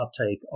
uptake